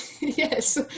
yes